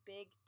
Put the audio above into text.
Big